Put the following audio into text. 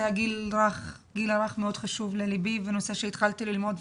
הגיל הרך מאוד חשוב לי וזה נושא שהתחלתי ללמוד,